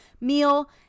meal